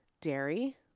dairy